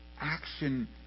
action